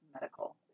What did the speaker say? medical